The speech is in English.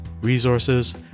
resources